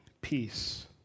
peace